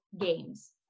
games